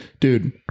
dude